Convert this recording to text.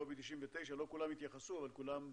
לא כולם יתייחסו, אבל כולם שומעים.